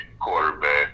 quarterback